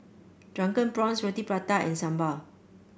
Drunken Prawns Roti Prata and sambal